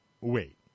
wait